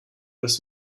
dass